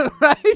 Right